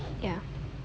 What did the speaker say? ya